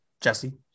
Jesse